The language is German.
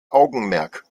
augenmerk